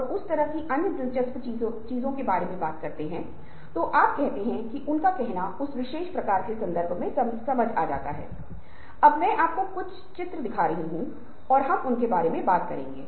और हमारे मस्तिष्क में हमारे पास 2 गोलार्ध होते हैं एक को दायां गोलार्ध बाएं गोलार्ध कहा जाता है दूसरे को दायां गोलार्ध कहा जाता है